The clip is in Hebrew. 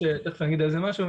תיכף אני אגיד על זה משהו,